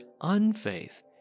unfaith